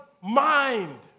mind